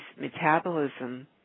metabolism